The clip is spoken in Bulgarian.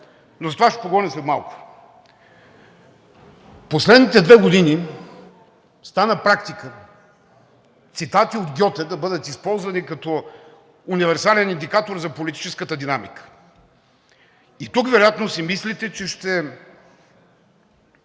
но за това ще поговорим след малко. В последните две години стана практика цитати от Гьоте да бъдат използвани като универсален индикатор за политическата динамика. И тук вероятно си мислите, че ще